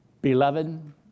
beloved